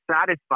satisfied